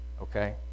okay